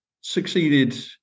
succeeded